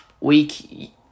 week